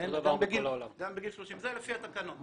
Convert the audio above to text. גם בגיל 30, לפי התקנון.